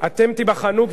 אתם תיבחנו,